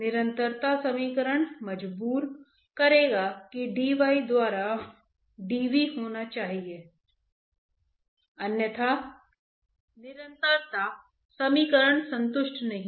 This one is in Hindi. एक नेवियर स्टोक्स से शुरू करके एक ही अभिव्यक्ति प्राप्त कर सकता है आप शेल बैलेंस से शुरू कर सकते हैं मेरा मतलब है नेवियर स्टोक्स